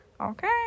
Okay